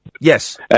Yes